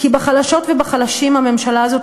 כי בחלשות ובחלשים הממשלה הזאת,